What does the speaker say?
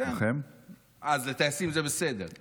אז לטייסים זה בסדר?